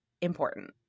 important